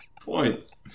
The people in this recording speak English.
points